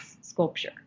sculpture